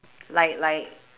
like like